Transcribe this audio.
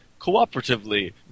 cooperatively